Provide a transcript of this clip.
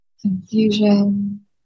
Confusion